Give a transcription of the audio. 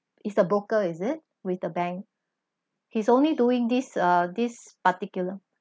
it's the broker is it with the bank he's only doing this uh this particular